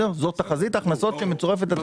זאת תחזית ההכנסות שמצורפת לתקציב.